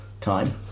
time